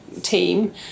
team